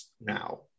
now